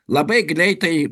labai greitai